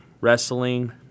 wrestling